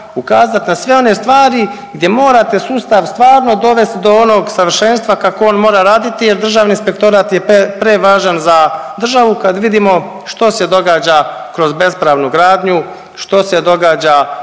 ukazat na sve one stvari gdje morate sustav stvarno dovesti do onog savršenstva kako on mora raditi jer Državni inspektorat je prevažan za državu kad vidimo što se događa kroz bespravnu gradnju, što se događa